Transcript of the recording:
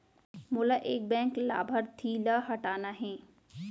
मोला एक बैंक लाभार्थी ल हटाना हे?